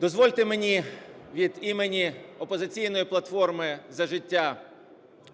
Дозвольте мені від імені "Опозиційної платформи - За життя"